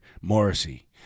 Morrissey